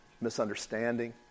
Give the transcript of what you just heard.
misunderstanding